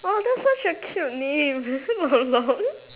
oh that's such a cute name long long